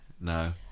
no